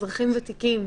אזרחים ותיקים,